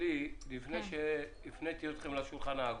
הם מתייחסים לאמירה שלי לפני שהפניתי אתכם לשולחן העגול.